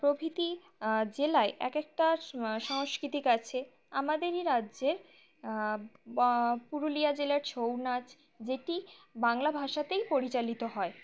প্রভৃতি জেলায় এক একটা সাংস্কৃতিক আছে আমাদেরই রাজ্যের পুরুলিয়া জেলার ছৌ নাচ যেটি বাংলা ভাষাতেই পরিচালিত হয়